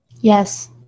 Yes